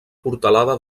portalada